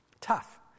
Tough